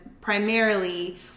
primarily